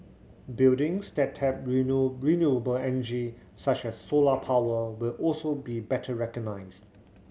buildings that tap renewable energy such as solar power will also be better recognised